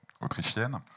autrichienne